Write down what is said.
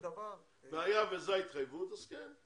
והיה וזו ההתחייבות, אז כן.